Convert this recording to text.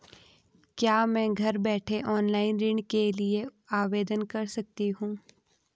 क्या मैं घर बैठे ऑनलाइन ऋण के लिए आवेदन कर सकती हूँ?